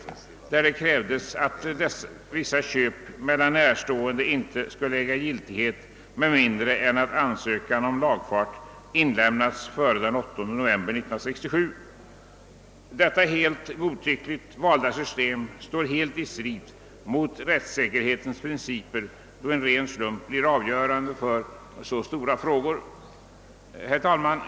I motionen krävdes att vissa köp mellan närstående inte skulle äga giltighet med mindre än att ansökan om lagfart inlämnats före den 8 november 1967. Detta godtyckligt valda system står helt i strid mot rättssäkerhetens principer, då en ren slump blir avgörande för så stora frågor.